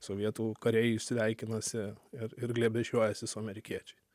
sovietų kariai sveikinasi ir ir glėbesčiuojasi su amerikiečiais